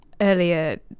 earlier